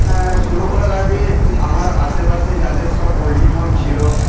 হ্যাঁ শুরু করার আগে আমার আশেপাশে যাদের সব পোলট্রি ফার্ম ছিলো